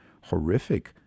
horrific